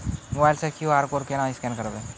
Mobile से QR code केना scan करबै?